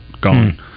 gone